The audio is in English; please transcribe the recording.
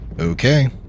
Okay